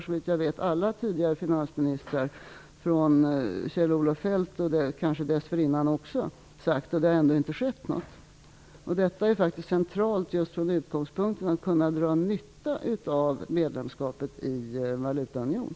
Såvitt jag vet har alla tidigare finansministrar sagt det - från Kjell-Olof Feldt och kanske också dessförinnan. Ändå har ingenting hänt. Detta är faktiskt centralt just från utgångspunkten att det gäller att kunna dra nytta av medlemskapet i en valutaunion.